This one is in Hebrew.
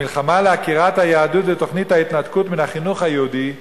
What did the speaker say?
המלחמה לעקירת היהדות ותוכנית ההתנתקות מן החינוך היהודי,